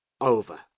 over